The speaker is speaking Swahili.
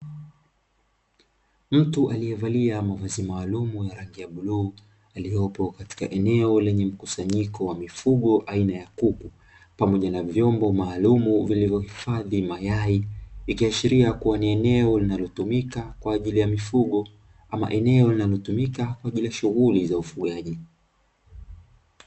Mtu aliyevalia mavazi maalumu ya rangi ya bluu aliyopo katika eneo lenye mkusanyiko wa mifugo aina ya kuku pamoja na vyombo maalumu vilivyohifadhi mayai, ikiashiria kuwa ni eneo linalotumika kwa ajili ya mifugo ama eneo linalotumika kwa ajili ya shughuli za ufugaji.